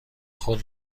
خود